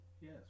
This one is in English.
Yes